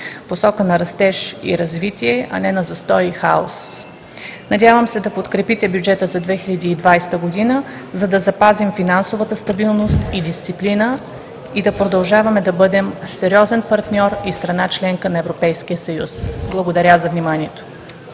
посока – растеж и развитие, а не застой и хаос. Надявам се да подкрепите бюджета за 2020 г., за да запазим финансовата стабилност и дисциплина и да продължаваме да бъдем сериозен партньор и страна – членка на Европейския съюз. Благодаря за вниманието.